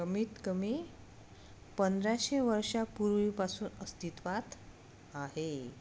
कमीतकमी पंधराशे वर्षापूर्वीपासून अस्तित्वात आहे